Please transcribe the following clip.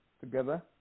together